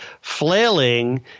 flailing